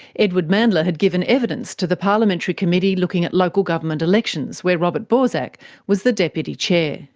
edward mandla had given evidence to the parliamentary committee looking at local government elections, where robert borsak was the deputy chair.